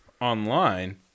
online